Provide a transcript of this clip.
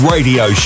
Radio